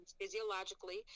physiologically